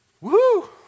woo